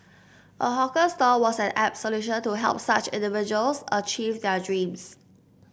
a hawker stall was an apt solution to help such individuals achieve their dreams